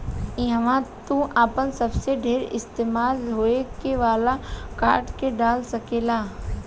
इहवा तू आपन सबसे ढेर इस्तेमाल होखे वाला कार्ड के डाल सकेल